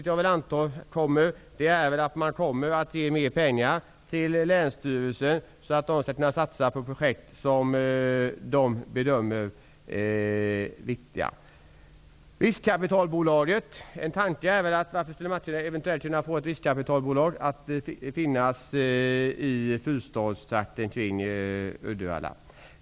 Jag antar att man också kommer att ge mer pengar till länsstyrelserna, så att de skall kunna satsa på projekt som de bedömer vara viktiga. En tanke är att vi skulle kunna få ett riskkapitalbolag till fyrstadsregionen, till trakten kring Uddevalla.